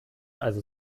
also